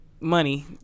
Money